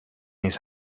his